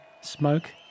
Smoke